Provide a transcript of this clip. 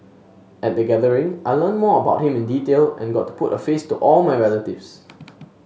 at the gathering I learnt more about him in detail and got to put a face to all my relatives